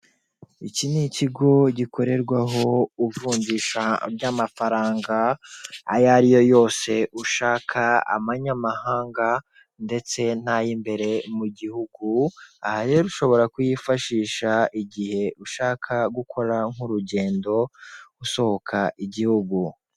Iki ni ikigo gikorerwaho ivunjisha ry'amafaranga, ayo ariyo yose ushaka manyamahanga ndetse n'ayimbere mugihugu aha rero ushobora kuyifashisha igihe ushaka gukora nk'urugendo usohoka igihugu.